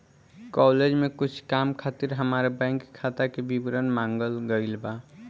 college में कुछ काम खातिर हामार बैंक खाता के विवरण मांगल गइल बा